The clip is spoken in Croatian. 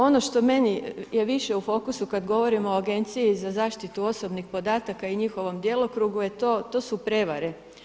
Ono što meni je više u fokusu kad govorimo o Agenciji za zaštiti osobnih podataka i njihovom djelokrugu je to, to su prevare.